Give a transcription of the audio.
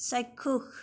চাক্ষুষ